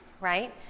right